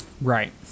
Right